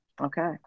Okay